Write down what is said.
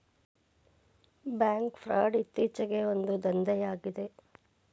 bank fraud ಇತ್ತೀಚೆಗೆ ಒಂದು ದಂಧೆಯಾಗಿದೆ